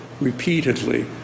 repeatedly